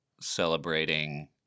celebrating